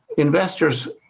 investors,